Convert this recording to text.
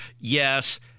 Yes